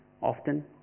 often